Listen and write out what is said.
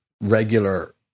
regular